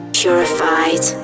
purified